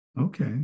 okay